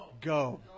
Go